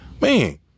man